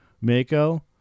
Mako